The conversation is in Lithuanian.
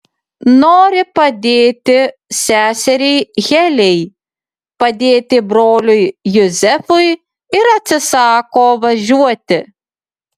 nori padėti seseriai heliai padėti broliui juzefui ir atsisako važiuoti